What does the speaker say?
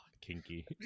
Kinky